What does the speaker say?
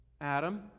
Adam